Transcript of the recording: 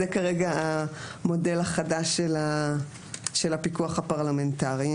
זה כרגע המודל החדש של הפיקוח הפרלמנטרי,